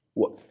what